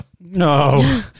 No